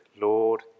Lord